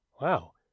Wow